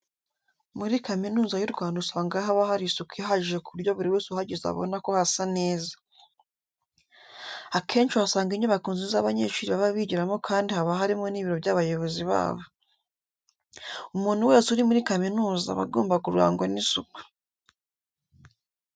Muri Kaminuza y'u Rwanda usanga haba hari isuku ihagije ku buryo buri wese uhageze abona ko hasa neza. Akenshi uhasanga inyubako nziza abanyeshuri baba bigiramo kandi haba harimo n'ibiro by'abayobozi babo. Umuntu wese uri muri kaminuza aba agomba kurangwa n'isuku.